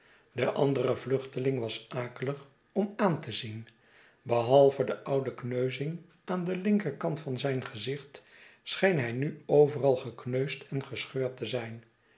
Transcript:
de andere vluchteling was akelig om aan te zien behalve de oude kneuzing aan den linkerkant van zijn gezicht scheen hij nu overal gekneusd en gescheurd te zijn